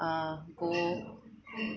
uh go